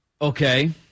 Okay